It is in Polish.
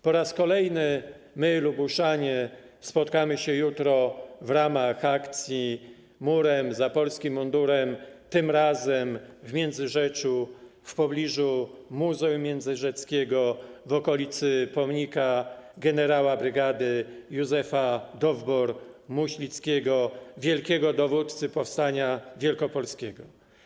Po raz kolejny my, Lubuszanie, spotkamy się jutro w ramach akcji „Murem za polskim mundurem” tym razem w Międzyrzeczu w pobliżu muzeum międzyrzeckiego w okolicy pomnika gen. brygady Józefa Dowbor-Muśnickiego, wielkiego dowódcy powstania wielkopolskiego.